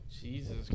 Jesus